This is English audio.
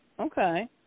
Okay